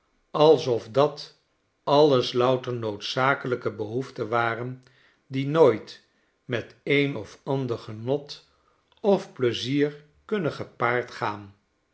alsof dat alles louter noodzakelijke behoeften waren die nooit met een of ander genot of pleizier kunnen gepaard gaan